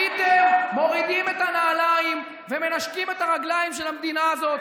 הייתם מורידים את הנעליים ומנשקים את הרגליים של המדינה הזו.